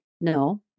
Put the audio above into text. no